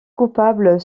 coupable